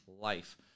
life